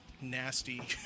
nasty